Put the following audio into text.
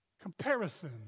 Comparison